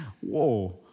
Whoa